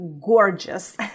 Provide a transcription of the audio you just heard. gorgeous